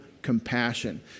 compassion